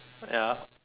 ya